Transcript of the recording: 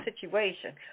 situation